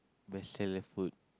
vegetarian food